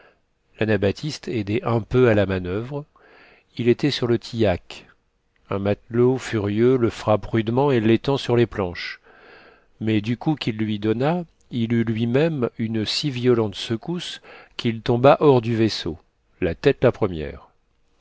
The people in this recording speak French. l'anabaptiste aidait un peu à la manoeuvre il était sur le tillac un matelot furieux le frappe rudement et l'étend sur les planches mais du coup qu'il lui donna il eut lui-même une si violente secousse qu'il tomba hors du vaisseau la tête la première